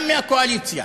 גם מהקואליציה,